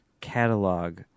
catalog